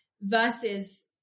versus